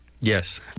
Yes